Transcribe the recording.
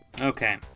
Okay